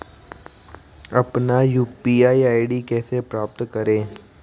अपना UPI ID कैसे प्राप्त करें?